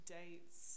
dates